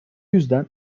yüzden